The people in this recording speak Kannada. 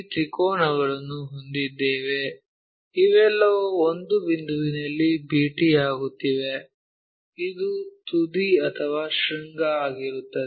ಈ ತ್ರಿಕೋನಗಳನ್ನು ಹೊಂದಿದ್ದೇವೆ ಇವೆಲ್ಲವೂ ಒಂದು ಬಿಂದುವಿನಲ್ಲಿ ಭೇಟಿಯಾಗುತ್ತಿವೆ ಇದು ತುದಿ ಅಥವಾ ಶೃಂಗ ಆಗಿರುತ್ತದೆ